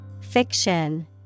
Fiction